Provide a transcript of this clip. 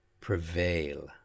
Prevail